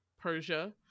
Persia